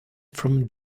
from